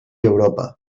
europa